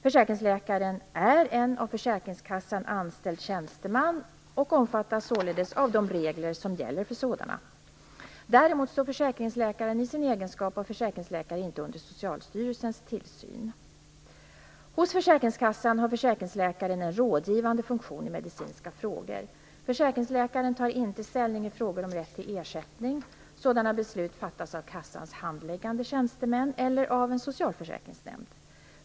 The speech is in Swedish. Försäkringsläkaren är en av försäkringskassan anställd tjänsteman och omfattas således av de regler som gäller för sådana. Däremot står försäkringsläkaren i sin egenskap av försäkringsläkare inte under Socialstyrelsens tillsyn. Hos försäkringskassan har försäkringsläkaren en rådgivande funktion i medicinska frågor. Försäkringsläkaren tar inte ställning i frågor om rätt till ersättning. Sådana beslut fattas av kassans handläggande tjänstemän eller av en socialförsäkringsnämnd.